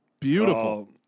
beautiful